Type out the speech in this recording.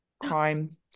crime